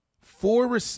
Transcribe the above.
Four